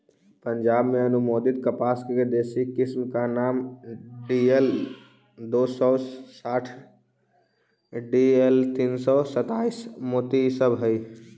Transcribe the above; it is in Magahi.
पंजाब में अनुमोदित कपास के देशी किस्म का नाम डी.एल दो सौ साठ डी.एल तीन सौ सत्ताईस, मोती इ सब हई